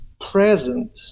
present